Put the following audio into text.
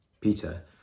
Peter